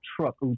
truck